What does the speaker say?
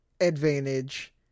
advantage